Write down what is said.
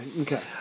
okay